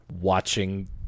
watching